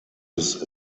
his